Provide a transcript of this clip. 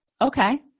okay